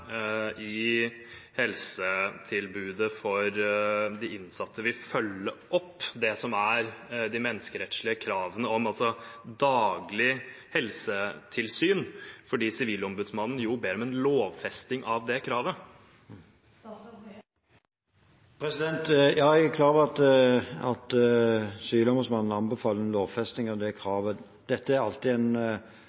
i helsetilbudet for de innsatte vil følge opp det som er de menneskerettslige kravene om daglig helsetilsyn, for Sivilombudsmannen ber om en lovfesting av det kravet. Ja, jeg er klar over at Sivilombudsmannen anbefaler en lovfesting av det